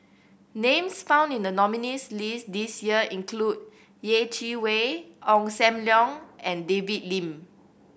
names found in the nominees' list this year include Yeh Chi Wei Ong Sam Leong and David Lim